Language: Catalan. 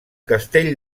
castell